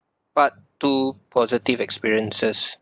part two positive experiences